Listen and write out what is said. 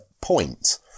point